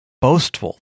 boastful